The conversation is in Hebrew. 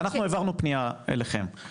אנחנו העברנו פנייה אליכם,